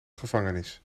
gevangenis